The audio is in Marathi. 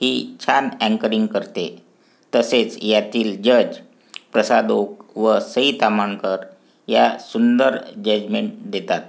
ही छान अँकरिंग करते तसेच यातील जज् प्रसाद ओक व सई ताम्हणकर या सुंदर जजमेंट देतात